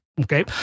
Okay